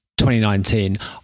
2019